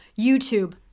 YouTube